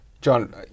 John